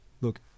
Look